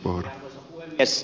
arvoisa puhemies